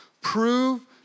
prove